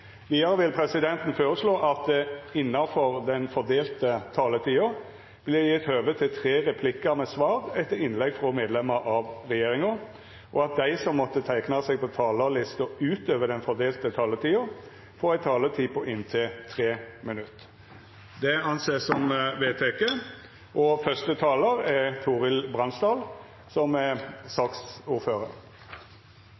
Videre vil presidenten foreslå at det – innenfor den fordelte taletid – blir gitt anledning til fem replikker med svar etter innlegg fra medlemmer av regjeringen. I tillegg foreslås det at de parlamentariske lederne får et ubegrenset antall innlegg, og at de som måtte tegne seg på talerlisten utover den fordelte taletid, får en taletid på inntil 3 minutter. – Det anses